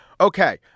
okay